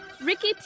Ricky